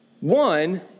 One